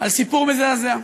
סיפור מזעזע.